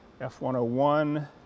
F-101